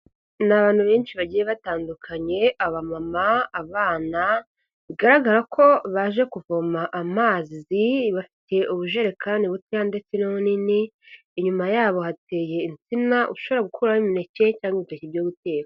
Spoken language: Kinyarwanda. Ni abantu benshi bagiye batandukanye, abamama, abana, bigaragara ko baje kuvoma amazi, bafite ubujerekani butoya ndetse n'ubunini, inyuma yabo hateye insina ushobora gukuramo imeke cyangwa ibitoki byo guteka.